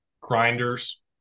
grinders